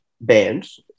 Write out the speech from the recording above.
bands